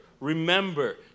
remember